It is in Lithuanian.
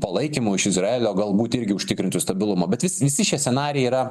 palaikymu iš izraelio galbūt irgi užtikrintų stabilumą bet vis visi šie scenarijai yra